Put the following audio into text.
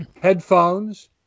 headphones